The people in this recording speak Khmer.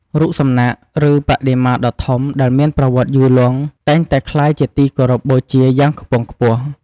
រូបសំណាក ឬបដិមាដ៏ធំ ដែលមានប្រវត្តិយូរលង់ តែងតែក្លាយជាទីគោរពបូជាយ៉ាងខ្ពង់ខ្ពស់។